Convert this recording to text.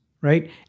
right